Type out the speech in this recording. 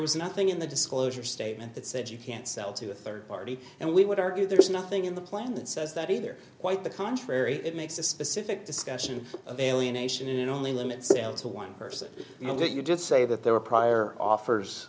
was nothing in the disclosure statement that said you can't sell to a third party and we would argue there is nothing in the plan that says that either quite the contrary it makes a specific discussion of alienation and only limit sale to one person you know that you just say that there were prior offers